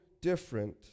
different